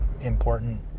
important